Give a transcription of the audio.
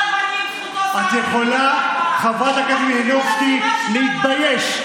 את יכולה, חברת הכנסת מלינובסקי, להתבייש.